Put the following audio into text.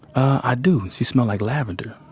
i do. she smelled like lavender.